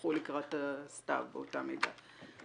פרחו לקראת הסתיו, באותה מידה.